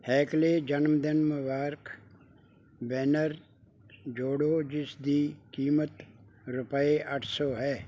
ਹੈਕਲੇ ਜਨਮਦਿਨ ਮੁਬਾਰਕ ਬੈਨਰ ਜੋੜੋ ਜਿਸ ਦੀ ਕੀਮਤ ਰੁਪਏ ਅੱਠ ਸੌ ਹੈ